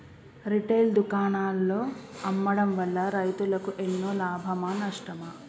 Retail దుకాణాల్లో అమ్మడం వల్ల రైతులకు ఎన్నో లాభమా నష్టమా?